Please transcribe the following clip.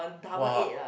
!wah!